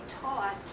taught